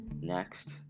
Next